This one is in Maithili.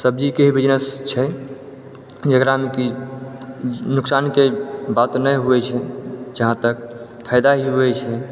सब्जी के ही बिजनेस छै जेकरा मे कि नुकसान के बात नहि होइ छै जहाँ तक फायदा ही होइ छै